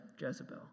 Jezebel